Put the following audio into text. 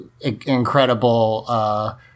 incredible –